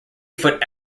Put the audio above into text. foot